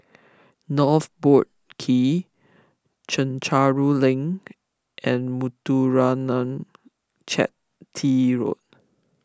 North Boat Quay Chencharu Link and Muthuraman Chetty Road